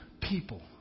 people